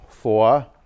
Four